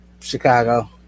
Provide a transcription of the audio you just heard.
Chicago